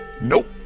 Nope